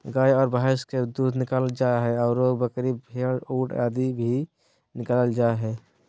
गाय आर भैंस के दूध निकालल जा हई, आरो बकरी, भेड़, ऊंट आदि के भी दूध निकालल जा हई